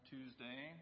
Tuesday